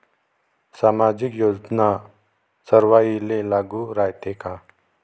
सामाजिक योजना सर्वाईले लागू रायते काय?